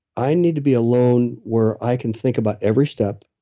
i need to be alone where i can think about every step,